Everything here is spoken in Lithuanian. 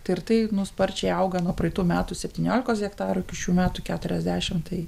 tai ir tai nu sparčiai auga nuo praeitų metų septyniolikos hektarų iki šių metų keturiasdešim tai